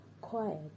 quiet